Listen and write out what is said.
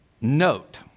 Note